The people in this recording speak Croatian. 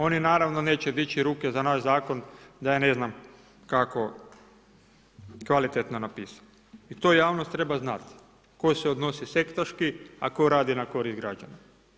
Oni naravno neće dići ruke za naš zakon da je ne znam kako kvalitetno napisan i to javnost treba znati, tko se odnosi sektaški, a tko radi na korist građana.